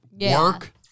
work